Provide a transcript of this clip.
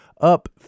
up